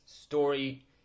story